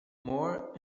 more